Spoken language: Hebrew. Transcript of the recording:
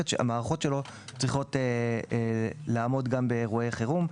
שהמערכות שלו יעמדו גם באירועי חירום.